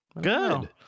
good